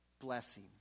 blessing